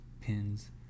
pins